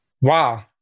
Wow